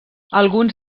alguns